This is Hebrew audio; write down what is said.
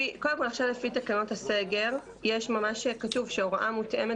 קודם כל עכשיו לפי תקנות הסגר כתוב שהוראה מותאמת